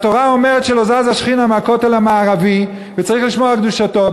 התורה אומרת שלא זזה שכינה מהכותל המערבי וצריך לשמור על קדושתו.